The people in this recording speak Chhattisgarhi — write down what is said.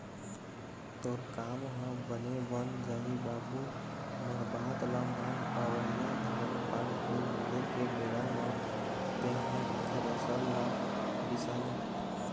तोर काम ह बने बन जाही बाबू मोर बात ल मान अवइया धान पान के मिंजे के बेरा म तेंहा थेरेसर ल बिसा ले